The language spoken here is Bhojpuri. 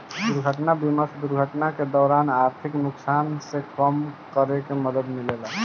दुर्घटना बीमा से दुर्घटना के दौरान आर्थिक नुकसान के कम करे में मदद मिलेला